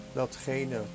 datgene